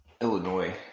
Illinois